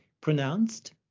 pronounced